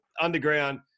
underground